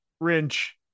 wrench